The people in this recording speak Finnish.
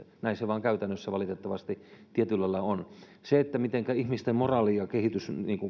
näin se vain käytännössä valitettavasti tietyllä lailla on se mitenkä ihmisten moraali ja kehitys